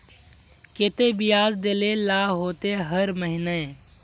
केते बियाज देल ला होते हर महीने?